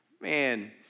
man